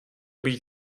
být